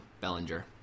Bellinger